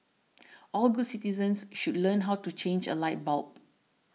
all good citizens should learn how to change a light bulb